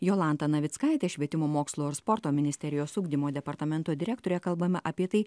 jolanta navickaite švietimo mokslo ir sporto ministerijos ugdymo departamento direktore kalbame apie tai